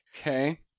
okay